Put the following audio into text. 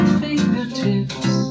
fingertips